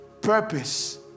Purpose